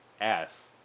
ass